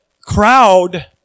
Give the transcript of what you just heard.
crowd